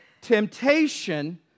Temptation